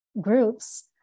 groups